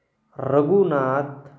Raghunath